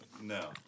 No